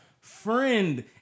friend